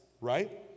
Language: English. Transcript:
right